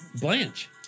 Blanche